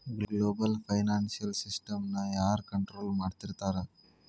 Global financial ಸಿಸ್ಟಮ್ನ ಯಾರ್ control ಮಾಡ್ತಿರ್ತಾರ?